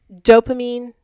dopamine